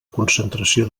concentració